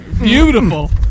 Beautiful